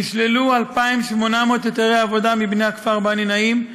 נשללו 2,800 היתרי עבודה מבני הכפר בני-נעים,